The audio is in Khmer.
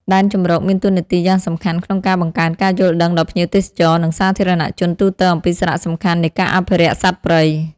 ដែនជម្រកមានតួនាទីយ៉ាងសំខាន់ក្នុងការបង្កើនការយល់ដឹង ដល់ភ្ញៀវទេសចរណ៍ និងសាធារណជនទូទៅអំពីសារៈសំខាន់នៃការអភិរក្សសត្វព្រៃ។